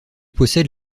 possède